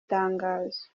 tangazo